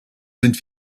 sind